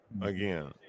again